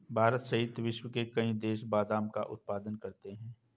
भारत सहित विश्व के कई देश बादाम का उत्पादन करते हैं